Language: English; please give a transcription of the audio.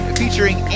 featuring